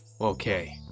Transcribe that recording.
Okay